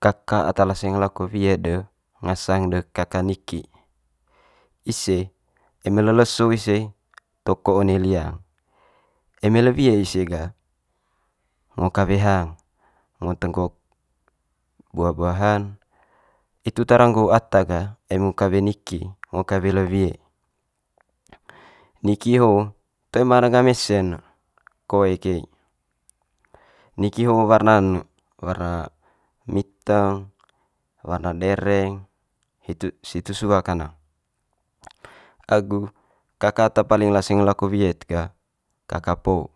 kaka ata laseng lako wie'd de ngasang kaka niki. Ise eme le leso ise toko one liang, eme le wie ise ga ngo kawe hang, ngo tenggok buah buahan. Itu tara nggo gah ata eme ngo kawe niki ngo kawe le wie. Niki ho toe ma danga mese ne koe ke i. Niki ho warna'n ne warna miteng, warna dereng hitu situ sua kanang. Agu kaka ata paling laseng lako wie'd ga kaka po,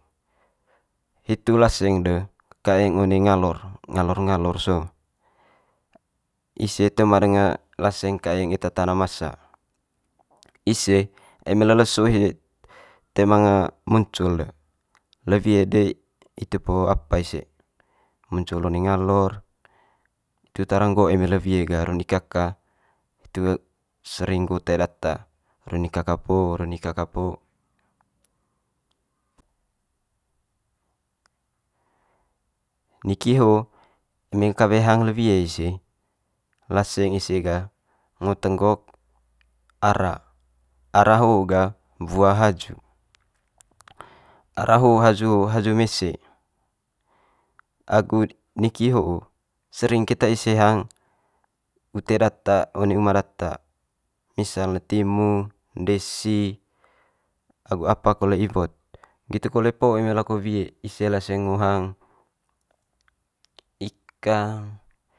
hitu laseng de kaeng one ngalor, ngalor ngalor so. Ise toe ma danga laseng kaeng eta tana masa. Ise eme le leso ihe toe manga muncul de le wie di hitu po apa ise muncul one ngalor, itu tara nggo eme le wie ga runi kaka hitu sering nggo tae data runi kaka po runi kaka po. Niki ho eme kawe hang le wie ise, laseng ise gah ngo tenggok ara. Ara ho ga wua haju, ara ho haju ho haju mese agu'd niki ho sering keta ise hang ute data one uma data. Misal ne timung, ndesi agu apa kole iwo't, nggitu kole po eme lako wie ise laseng ngo hang ikang.